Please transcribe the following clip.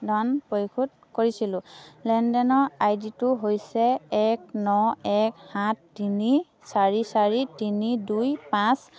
ধন পৰিশোধ কৰিছিলোঁ লেনদেনৰ আই ডিটো হৈছে এক ন এক সাত তিনি চাৰি চাৰি তিনি দুই পাঁচ